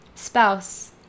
Spouse